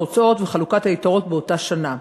ההוצאות וחלוקת היתרות באותה שנה.